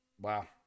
Wow